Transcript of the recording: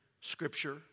scripture